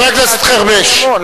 חבר הכנסת חרמש,